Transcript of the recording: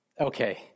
okay